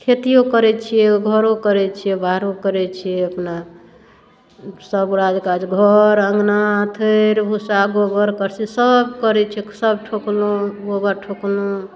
खेतियो करै छियै घरो करै छियै बाहरो करै छियै अपना सब राज काज घर अँगना थैर भूसा गोबर करसी सब करै छियै सब ठोकलहुँ गोबर ठोकलहुँ